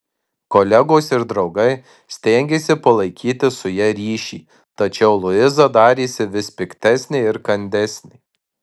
kolegos ir draugai stengėsi palaikyti su ja ryšį tačiau luiza darėsi vis piktesnė ir kandesnė